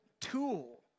tool